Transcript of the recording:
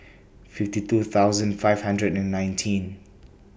fifty two thousand five hundred and nineteen